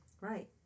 Right